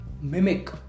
mimic